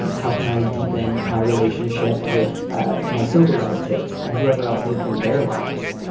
um how can i deepen my relationship with ah my sober relatives and whoever else may be in their lives?